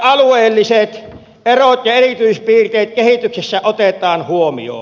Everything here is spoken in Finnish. alueelliset erot ja erityispiirteet kehityksessä otetaan huomioon